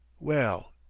well.